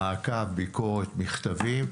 מעקב, ביקרות, מכתבים.